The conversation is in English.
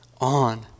on